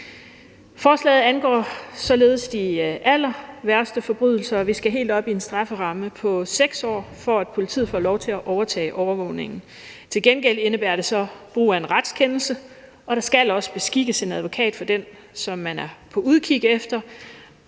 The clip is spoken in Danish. Forslaget angår således de allerværste forbrydelser. Vi skal helt op i en strafferamme på 6 år, for at politiet får lov til at overtage overvågningen. Til gengæld indebærer det så brug af en retskendelse, og der skal også beskikkes en advokat for den, som man er på udkig efter,